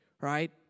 right